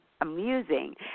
amusing